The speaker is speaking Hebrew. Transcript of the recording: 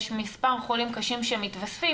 יש מספר חולים קשים שמתווספים,